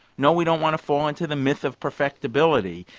no we don't want to fall into the myth of perfectibility,